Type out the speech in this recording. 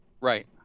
Right